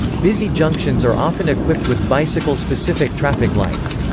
busy junctions are often equipped with bicycle-specific traffic lights.